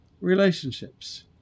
relationships